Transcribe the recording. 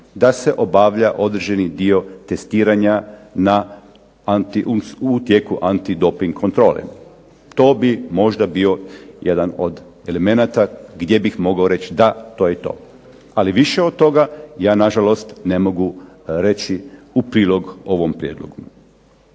da se obavlja određeni dio testiranja na, u tijeku antidoping kontrole. To bi možda bio jedan od elemenata gdje bih mogao reći da to je to, ali više od toga ja na žalost ne mogu reći u prilog ovom prijedlogu.